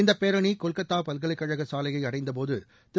இந்தப் பேரணி கொல்கத்தா பல்கலைக்கழக சாலையை அடைந்தபோது திரு